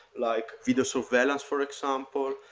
like video surveillance for example,